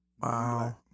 Wow